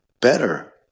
better